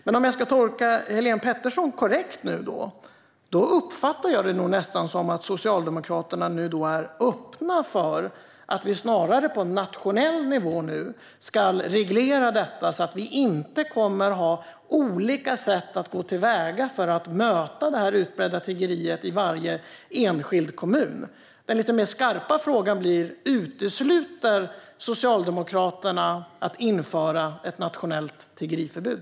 Men om jag tolkar Helene Petersson korrekt uppfattar jag det nästan som att Socialdemokraterna nu är öppna för att snarare reglera detta på nationell nivå så att vi inte kommer att ha olika sätt att gå till väga för att möta det utbredda tiggeriet i varje enskild kommun. Den lite mer skarpa frågan blir: Utesluter Socialdemokraterna att införa ett nationellt tiggeriförbud?